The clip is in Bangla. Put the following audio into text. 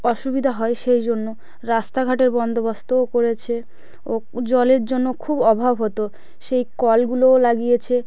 অসুবিধা হয় সেই জন্য রাস্তাঘাটের বন্দোবস্তও করেছে ও জলের জন্য খুব অভাব হতো সেই কলগুলোও লাগিয়েছে